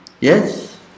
Yes